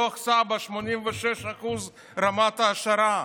לפי דוח סבא"א 86% רמת העשרה,